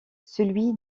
celui